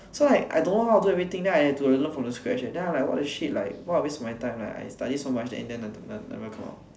so like I don't know how to do everything then I have to like learn from the scratch leh then I what the shit like what a waste of my time like I study so much then in the end never come out